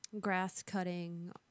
Grass-cutting